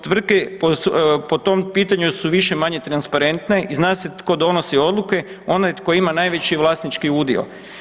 Tvrtke po tom pitanju su više-manje transparentne i zna se tko donosi odluke, onaj tko ima najveći vlasnički udio.